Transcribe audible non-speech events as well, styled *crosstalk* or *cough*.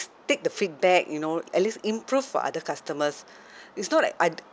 take the feedback you know at least improve for other customers *breath* it's not like I'd